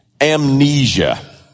amnesia